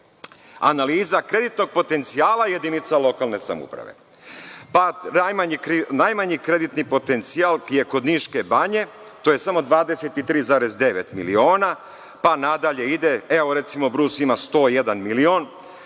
analiza kreditnog potencijala jedinica lokalne samouprave, pa najmanji kreditni potencijal je kod Niške Banje, to je samo 23,9 miliona, pa nadalje ide Brus koji ima 101 milion,